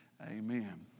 amen